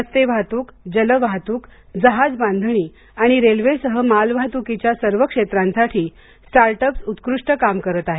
रस्ते वाहतूक जल वाहतूक जहाज बांधणी आणि रेल्वेसह मालवाहतूकीच्या सर्व क्षेत्रांसाठी स्टार्ट अप्स उत्कृष्ट काम करत आहेत